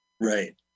Right